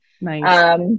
Nice